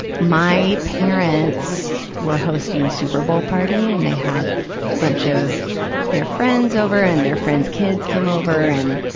my parents were hosting a super bowl party, and they had a bunch of their friends over, and their friends' kids came over. and,